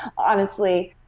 honestly,